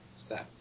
stats